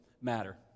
matter